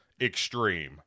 extreme